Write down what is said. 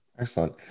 Excellent